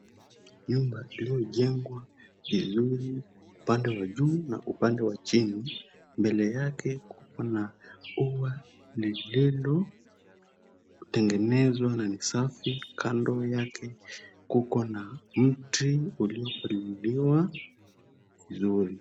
Nyumba iliyojengwa vizuri upande wa juu na upande wa chini. Mbele yake kuko na ua lililotengenezwa na ni safi. Kando yake kuko na mti uliopaliliwa vizuri.